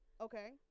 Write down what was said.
Okay